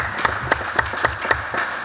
Hvala.